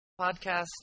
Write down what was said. podcast